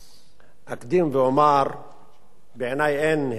אקדים ואומר שבעיני אין הבדל בין